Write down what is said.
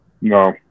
No